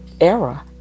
era